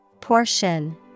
portion